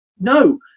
no